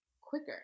quicker